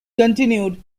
continued